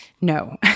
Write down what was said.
No